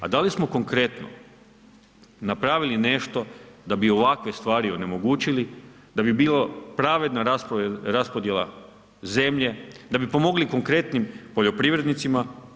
A da li smo konkretno napravili nešto da bi ovakve stvari onemogućili, da bi bila pravedna raspodjela zemlje, da bi pomogli konkretnim poljoprivrednicima?